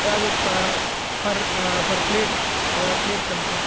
அதாவது ப per per plate அதாவது ப்ளேட் கணக்கில்